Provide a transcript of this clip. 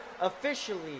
officially